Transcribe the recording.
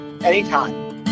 Anytime